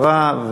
חוק ומשפט עברה,